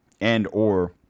and/or